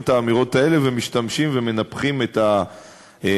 את האמירות האלה ומשתמשים ומנפחים את האמירות.